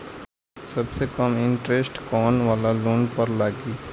सबसे कम इन्टरेस्ट कोउन वाला लोन पर लागी?